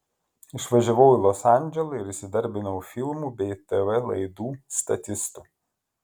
išvažiavau į los andželą ir įsidarbinau filmų bei tv laidų statistu